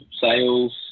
sales